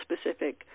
specific